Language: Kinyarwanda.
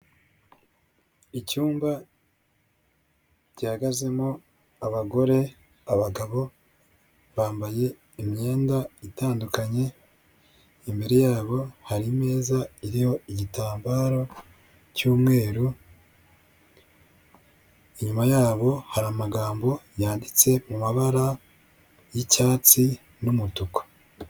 Icyumba gihagazemo abagore, abagabo, bambaye imyenda itandukanye, imbere yabo hari imeza iriho igitambaro cy'umweru, inyuma yabo hari amagambo yanditse mu mabara y'icyatsi n'umutuku.